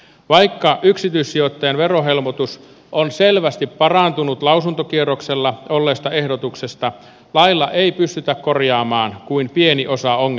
vaikka yksityissijoittajan verohelpotus on selvästi parantunut lausuntokierroksella olleesta ehdotuksesta lailla ei pystytä korjaamaan kuin pieni osa ongelmasta